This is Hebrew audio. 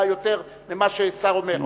מה, יותר ממה ששר אומר?